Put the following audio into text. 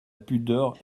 pudeur